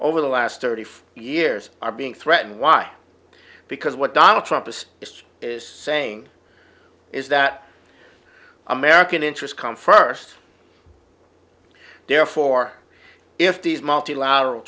over the last thirty five years are being threatened why because what donald trump is just is saying is that american interests come first therefore if these multilateral